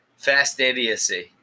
Fastidiousy